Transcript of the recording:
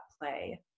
play